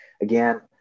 again